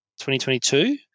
2022